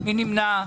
מי נמנע?